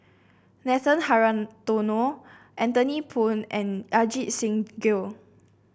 Nathan Hartono Anthony Poon and Ajit Singh Gill